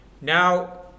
now